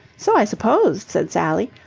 so i supposed, said sally.